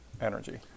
energy